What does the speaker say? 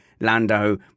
Lando